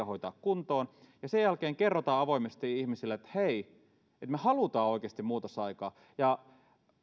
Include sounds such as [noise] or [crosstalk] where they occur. [unintelligible] hoitaa kuntoon ja sen jälkeen kerromme avoimesti ihmisille että hei me halutaan oikeasti saada muutos aikaan ja